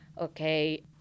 Okay